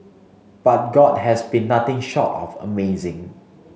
but God has been nothing short of amazing